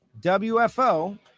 WFO